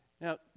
Now